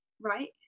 right